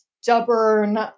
stubborn